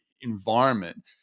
environment